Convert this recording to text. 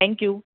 thank you